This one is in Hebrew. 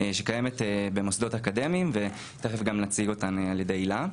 שקיימת במוסדות אקדמיים ותכף נציג אותה על-ידי הילה.